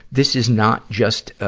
this is not just a,